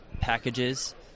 packages